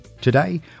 Today